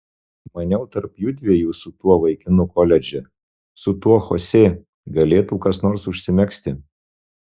maniau tarp judviejų su tuo vaikinu koledže su tuo chosė galėtų kas nors užsimegzti